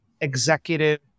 executive